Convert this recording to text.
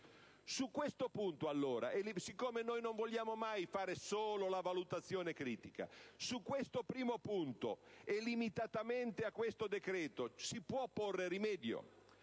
sa verso dove. Siccome non vogliamo mai fare solo una valutazione critica, su questo primo punto, e limitatamente a questo decreto, si può porre rimedio?